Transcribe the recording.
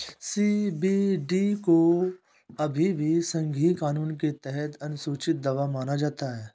CBD को अभी भी संघीय कानून के तहत अनुसूची दवा माना जाता है